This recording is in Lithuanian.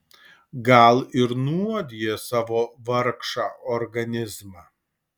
gal ir nuodija savo vargšą organizmą